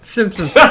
Simpsons